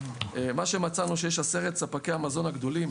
מצאנו שעשרת ספקי המזון הגדולים